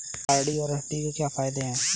RD और FD के क्या फायदे हैं?